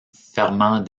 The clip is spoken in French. ferment